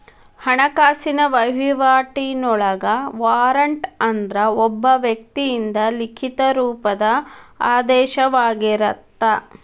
ಹಣಕಾಸಿನ ವಹಿವಾಟಿನೊಳಗ ವಾರಂಟ್ ಅಂದ್ರ ಒಬ್ಬ ವ್ಯಕ್ತಿಯಿಂದ ಲಿಖಿತ ರೂಪದ ಆದೇಶವಾಗಿರತ್ತ